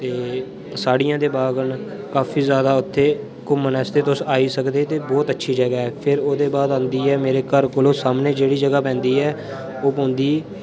ते साड़ियां दे बाग न काफी ज्यादा उत्थे घूमने आस्तै तुस आई सकदे बहुत अच्छी जगहा ऐ फिर ओहदे बाद आंदी ऐ मेरे घर कोला सामने जेह्ड़ी जगहा पैंदी ऐ ओह् पैंदी ऐ